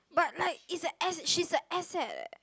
but like is a ass~ she's a asset leh